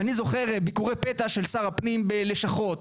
אני זוכר ביקורי פתע של שר הפנים בלשכות.